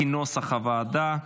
כנוסח הוועדה.